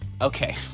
okay